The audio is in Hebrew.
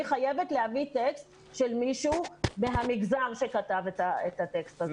אני חייבת להביא טקסט של מישהו מהמגזר שכתב את הטקסט הזה.